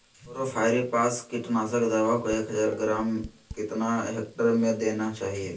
Chlorpyrifos कीटनाशक दवा को एक हज़ार ग्राम कितना हेक्टेयर में देना चाहिए?